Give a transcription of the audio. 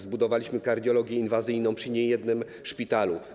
Zbudowaliśmy kardiologię inwazyjną przy niejednym szpitalu.